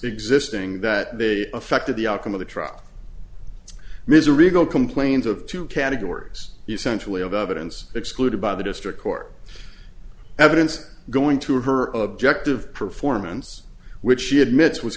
existing that they affected the outcome of the truck ms a regal complains of two categories essentially of evidence excluded by the district court evidence going to her objective performance which she admit